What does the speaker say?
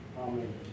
Amen